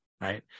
right